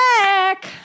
back